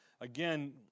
again